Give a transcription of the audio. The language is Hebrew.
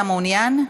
אתה מעוניין?